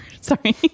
Sorry